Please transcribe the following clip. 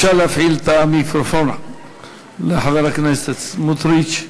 אפשר להפעיל את המיקרופון לחבר הכנסת סמוטריץ.